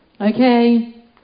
Okay